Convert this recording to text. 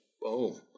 boom